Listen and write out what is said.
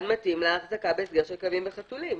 מתאים להחזקה בהסגר של כלבים וחתולים.